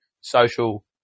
social